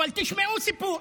אבל תשמעו סיפור.